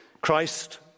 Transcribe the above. Christ